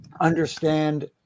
understand